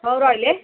ହଉ ରହିଲି